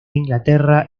inglaterra